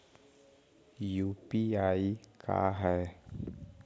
UPI का है?